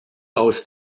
aus